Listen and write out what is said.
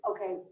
Okay